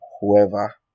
whoever